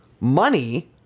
money